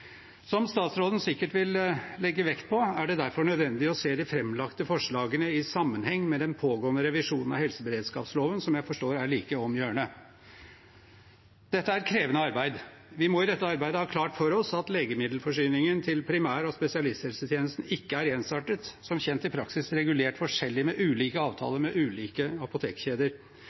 Som statsråden sikkert vil legge vekt på, er det derfor nødvendig å se de framlagte forslagene i sammenheng med den pågående revisjonen av helseberedskapsloven som jeg forstår er like om hjørnet. Dette er et krevende arbeid. Vi må i dette arbeidet ha klart for oss at legemiddelforsyningen til primær- og spesialisthelsetjenesten ikke er ensartet, som kjent i praksis regulert forskjellig med ulike avtaler med ulike apotekkjeder.